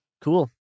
cool